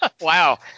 Wow